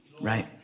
right